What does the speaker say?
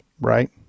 right